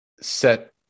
set